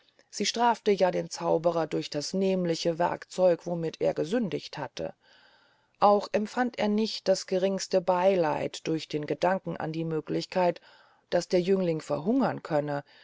sie strafte ja den zauberer durch das nemliche werkzeug womit er gesündigt hatte auch empfand er nicht das geringste beyleid durch den gedanken an die möglichkeit daß der jüngling verhungern könne